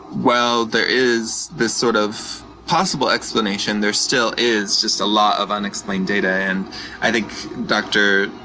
well, there is this sort of possible explanation. there still is just a lot of unexplained data. and i think dr.